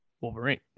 Wolverine